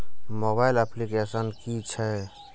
Mobile application कि छै?